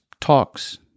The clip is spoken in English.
talks